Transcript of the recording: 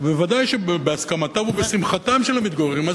ודאי שבהסכמתם ולשמחתם של המתגוררים.